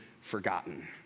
forgotten